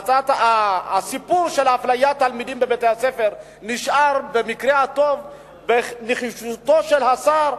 הסיפור של אפליית תלמידים בבתי-הספר במקרה הטוב נשאר לנחישותו של השר,